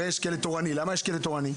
הרי למה יש אגפים תורניים?